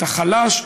את החלש,